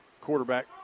quarterback